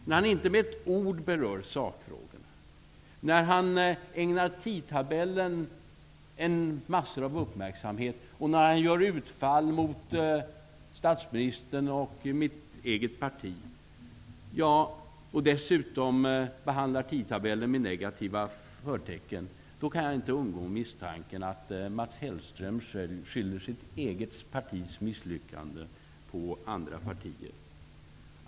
När han inte med ett ord berör sakfrågorna, när han ägnar tidtabellen massor av uppmärksamhet och när han gör utfall mot statsministern och mitt eget parti och dessutom behandlar tidtabellen med negativa förtecken, kan jag inte undgå att misstänka att Mats Hellström skyller sitt eget partis misslyckande på andra partier.